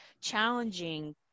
challenging